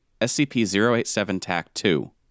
SCP-087-TAC-2